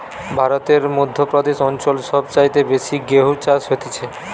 ভারতের মধ্য প্রদেশ অঞ্চল সব চাইতে বেশি গেহু চাষ হতিছে